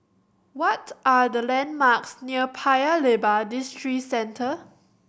what are the landmarks near Paya Lebar Districentre